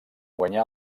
guanyà